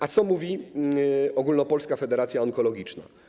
A co mówi Ogólnopolska Federacja Onkologiczna?